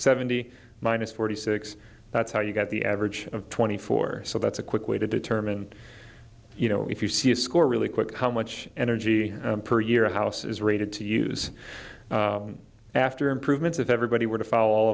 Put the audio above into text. seventy minus forty six that's how you get the average of twenty four so that's a quick way to determine you know if you see a score really quick how much energy per year a house is rated to use after improvements if everybody were to follow all